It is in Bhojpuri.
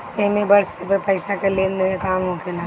एमे बड़ स्तर पे पईसा के लेन देन के काम होखेला